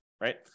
right